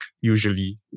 usually